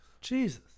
Jesus